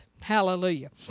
Hallelujah